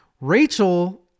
Rachel